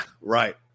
right